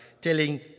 telling